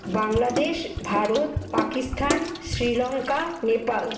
Bangladesh Bharat Pakistan Sri Lanka Nepal